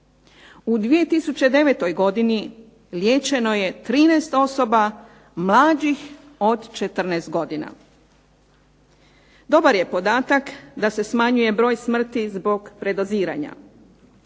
U 2009. godini liječeno je 13 osoba mlađih od 14 godina. Dobar je podatak da se smanjuje broj smrti zbog predoziranja.